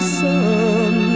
sun